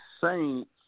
Saints